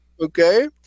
Okay